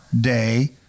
day